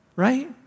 Right